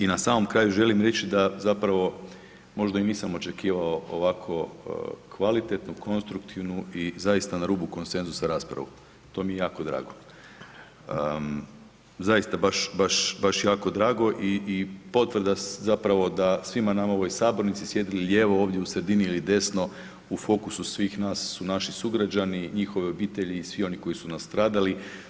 I na samom kraju želim reći da zapravo možda i nisam očekivao ovako kvalitetnu, konstruktivnu i zaista na rubu konsenzusa raspravu, to mi je jako drago, zaista baš jako, jako drago i potvrda da svima nama u ovoj sabornici, sjedili lijevo, ovdje u sredini ili desno u fokusu svih nas su naši sugrađani, njihove obitelji i svi oni koji su nastradali.